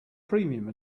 premium